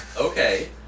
Okay